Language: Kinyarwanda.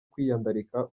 kwiyandarika